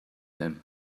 him